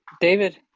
David